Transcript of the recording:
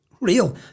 real